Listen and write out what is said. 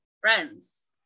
friends